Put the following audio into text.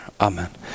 Amen